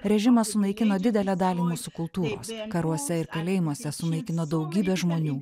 režimas sunaikino didelę dalį mūsų kultūros karuose ir kalėjimuose sunaikino daugybę žmonių